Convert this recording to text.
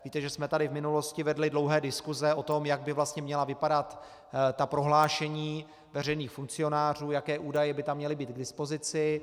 Víte, že jsme tady v minulosti vedli dlouhé diskuse o tom, jak by vlastně měla vypadat ta prohlášení veřejných funkcionářů, jaké údaje by tam měly být k dispozici.